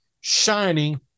shining